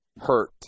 hurt